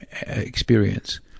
experience